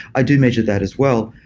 i do measure that as well.